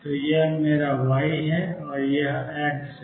तो यह मेरा Y है यह X है